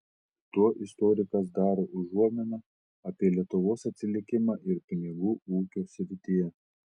tuo istorikas daro užuominą apie lietuvos atsilikimą ir pinigų ūkio srityje